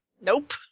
Nope